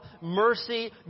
mercy